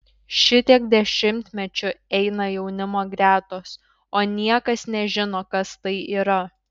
šitiek dešimtmečių eina jaunimo gretos o niekas nežino kas tai yra